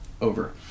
over